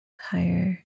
higher